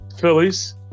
Phillies